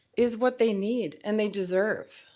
is what they need and they deserve.